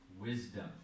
Wisdom